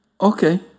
Okay